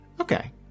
Okay